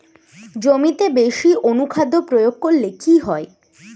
জমিতে বেশি অনুখাদ্য প্রয়োগ করলে কি হয়?